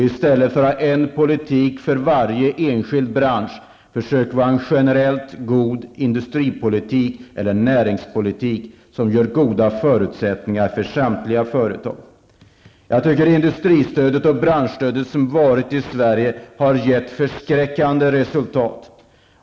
I stället för att ha en politik för varje enskild bransch försöker vi föra en generellt god industripolitik eller näringspolitik som ger goda förutsättningar för samtliga företag. Jag tycker att det industristöd och det branschstöd som har funnits i Sverige har gett förskräckande resultat.